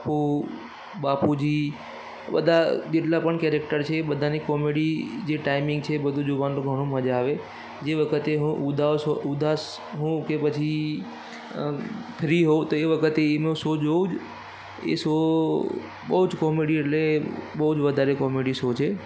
ટપુ બાપુજી બધા જેટલાં પણ કેરેક્ટર છે એ બધાની કોમેડી જે ટાઇમિંગ છે એ બધું જોવાનું ઘણું મજા આવે જે વખતે હું ઉદાઉસ ઉધા ઉદાસ હોઉં કે પછી અ ફ્રી હોઉં તો એ વખતે એનો સો જોઉ છું એ સો બહુ જ કોમેડી એટલે બહુ જ વધારે કોમેડી સો છે